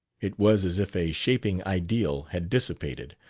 it was as if a shaping ideal had dissipated.